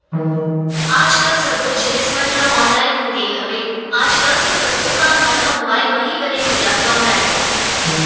आज कल सब्बो जिनिस मन ह ऑनलाइन होगे हवय, आज कल तो कतको काम मन ह मुबाइल म ही बने हो जाथे ऑनलाइन